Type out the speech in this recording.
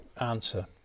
answer